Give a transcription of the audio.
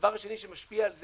הדבר השני שמשפיע על זה,